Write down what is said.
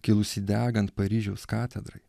kilusį degant paryžiaus katedrai